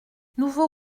nouveau